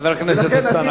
חבר הכנסת,